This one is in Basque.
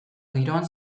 giroan